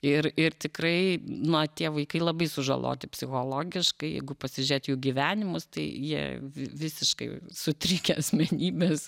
ir ir tikrai na tie vaikai labai sužaloti psichologiškai jeigu pasižiūrėt jų gyvenimus tai jie vi visiškai sutrikę asmenybės